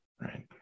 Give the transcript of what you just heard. right